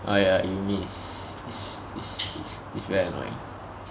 oh ya yumi is is is is is very annoying